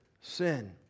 sin